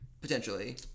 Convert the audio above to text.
potentially